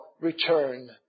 return